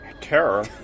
terror